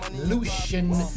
Lucian